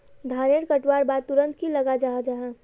धानेर कटवार बाद तुरंत की लगा जाहा जाहा?